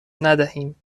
ندهیم